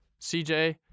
CJ